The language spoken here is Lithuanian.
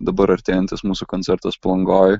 dabar artėjantis mūsų koncertas palangoj